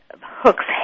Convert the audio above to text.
hooks